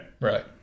Right